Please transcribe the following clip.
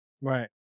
Right